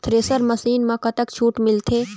Thresher machine म कतक छूट मिलथे?